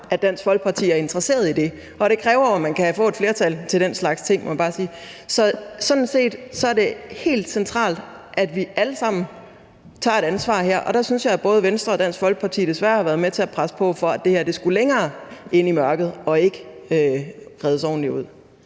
at Dansk Folkeparti er interesseret i det. For det kræver jo, at man kan få et flertal til den slags ting, må jeg bare sige. Sådan set er det helt centralt, at vi allesammen tager et ansvar her, og der synes jeg, at både Venstre og Dansk Folkeparti desværre har været med til at presse på for, at det her skulle længere ind i mørket og ikke redes ordentligt ud.